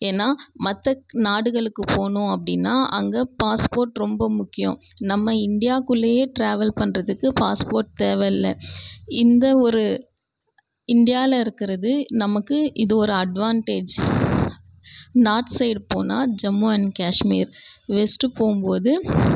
ஏன்னா மற்ற நாடுகளுக்குப் போகணும் அப்படின்னா அங்கே பாஸ்போர்ட் ரொம்ப முக்கியம் நம்ம இந்தியாக்குள்ளேயே ட்ராவல் பண்ணுறதுக்கு பாஸ்போர்ட் தேவையில்ல இந்த ஒரு இந்தியாவில் இருக்கிறது நமக்கு இது ஒரு அட்வான்டேஜ் நார்த் சைடு போனா ஜம்மு அண்ட் காஷ்மீர் வெஸ்ட்டு போகும்போது